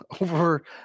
over